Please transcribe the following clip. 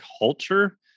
culture